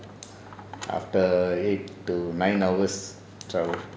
after eight to nine hours travel